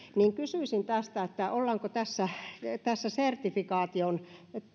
niin kysyisin ollaanko tässä tässä sertifikaation